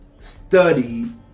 Study